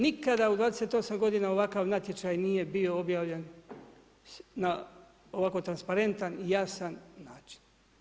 Nikada u 28 godina ovakav natječaj nije bio objavljen na ovako transparentan i jasan način.